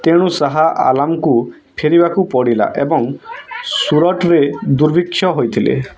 ତେଣୁ ଶାହା ଆଲାମ୍ଙ୍କୁ ଫେରିବାକୁ ପଡ଼ିଲା ଏବଂ ସୁରଟରେ ଦୁର୍ଭିକ୍ଷ ହୋଇଥିଲା